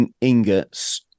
ingots